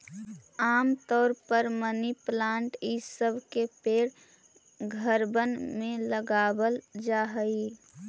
आम तौर पर मनी प्लांट ई सब के पेड़ घरबन में लगाबल जा हई